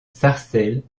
sarcelles